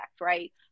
right